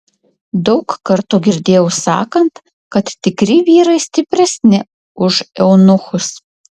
daug kartų girdėjau sakant kad tikri vyrai stipresni už eunuchus